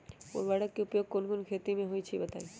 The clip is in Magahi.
उर्वरक के उपयोग कौन कौन खेती मे होई छई बताई?